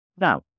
Now